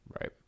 Right